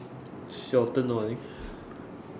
it's your turn now I think